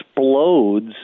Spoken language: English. Explodes